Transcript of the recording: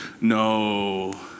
No